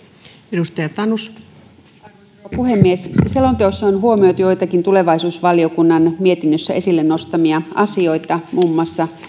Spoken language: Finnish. arvoisa rouva puhemies selonteossa on huomioitu joitakin tulevaisuusvaliokunnan mietinnössä esille nostamia asioita muun muassa